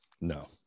No